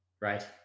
Right